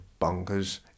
bonkers